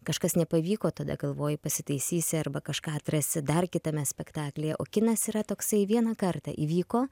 kažkas nepavyko tada galvoji pasitaisysi arba kažką atrasi dar kitame spektaklyje o kinas yra toksai vieną kartą įvyko